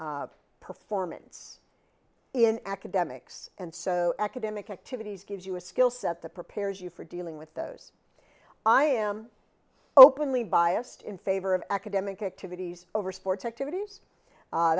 performance in academics and so academic activities gives you a skill set that prepares you for dealing with those i am openly biased in favor of academic activities over sports activities